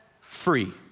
free